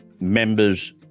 Members